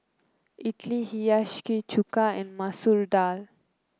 Idili Hiyashi Chuka and Masoor Dal